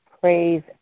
praise